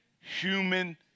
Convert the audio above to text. human